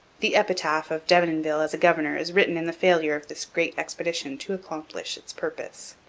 the epitaph of denonville as a governor is written in the failure of this great expedition to accomplish its purpose.